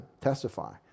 testify